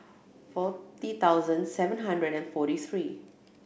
forty thousand seven hundred and forty three